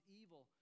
evil